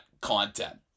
content